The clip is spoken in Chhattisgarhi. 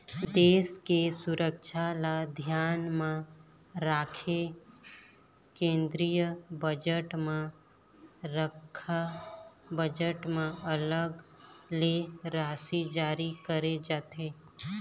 देश के सुरक्छा ल धियान म राखके केंद्रीय बजट म रक्छा बजट म अलग ले राशि जारी करे जाथे